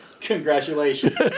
Congratulations